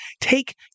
take